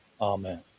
Amen